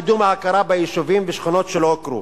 1. קידום ההכרה ביישובים ובשכונות שלא הוכרו,